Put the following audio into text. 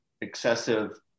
excessive